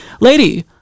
Lady